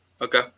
Okay